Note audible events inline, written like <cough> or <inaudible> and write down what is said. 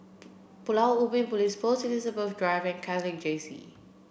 <noise> Pulau Ubin Police Post Elizabeth Drive and Catholic Jesse